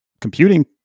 computing